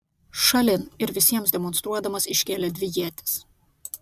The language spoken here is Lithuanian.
šalin ir visiems demonstruodamas iškėlė dvi ietis